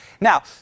Now